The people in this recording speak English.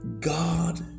God